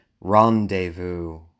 rendezvous